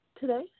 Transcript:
today